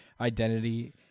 identity